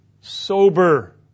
sober